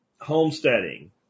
homesteading